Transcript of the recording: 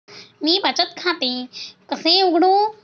मी बचत खाते कसे उघडू?